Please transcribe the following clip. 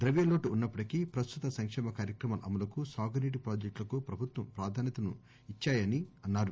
ద్రవ్యలోటు ఉన్నప్పటికీ ప్రస్తుత సంకేమ కార్యక్రమాల అమలుకు సాగునీటి ప్రాజెక్టులకు ప్రభుత్వం ప్రాధాన్యతనిచ్చామని అన్నారు